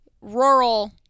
rural